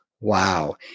Wow